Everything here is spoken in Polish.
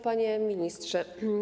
Panie Ministrze!